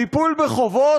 טיפול בחובות